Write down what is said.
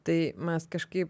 tai mes kažkaip